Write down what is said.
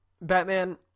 Batman